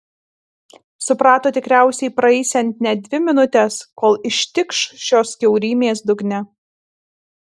suprato tikriausiai praeisiant net dvi minutes kol ištikš šios kiaurymės dugne